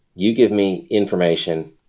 you give me information.